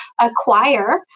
acquire